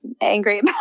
angry